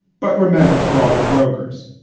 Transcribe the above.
but remember to call their brokers